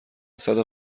صدو